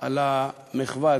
על המחווה.